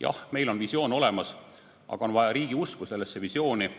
Jah, meil on visioon olemas, aga on vaja riigi usku sellesse visiooni